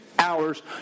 Hours